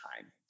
time